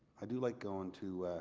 i do like going to